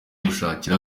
gushakira